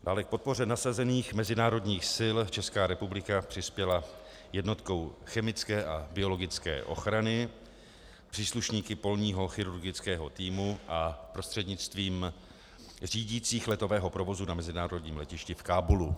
K podpoře nasazených mezinárodních sil Česká republika přispěla jednotkou chemické a biologické ochrany, příslušníky polního chirurgického týmu a prostřednictvím řídících letového provozu na mezinárodním letišti v Kábulu.